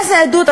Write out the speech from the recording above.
איזו עדות,